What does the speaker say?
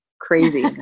crazy